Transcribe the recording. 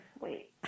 Wait